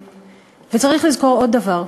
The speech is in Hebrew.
צריך לזכור עוד דבר,